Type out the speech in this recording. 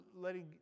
letting